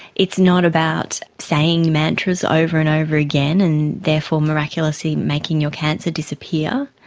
it's not about saying mantras over and over again and therefore miraculously making your cancer disappear.